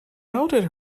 outed